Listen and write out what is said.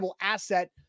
asset